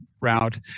route